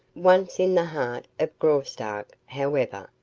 once in the heart of graustark, however,